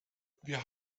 wir